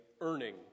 earning